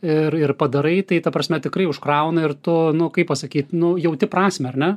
ir ir padarai tai ta prasme tikrai užkrauna ir tu nu kaip pasakyt nu jauti prasmę ar ne